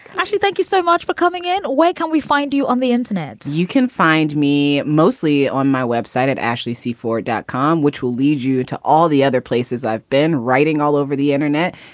ashley, thank you so much for coming in. wait, can we find you on the internet? you can find me mostly on my web site at ashely c for dot com, which will lead you to all the other places i've been writing all over the internet.